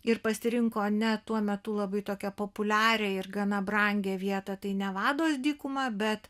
ir pasirinko ne tuo metu labai tokią populiarią ir gana brangią vietą tai nevados dykuma bet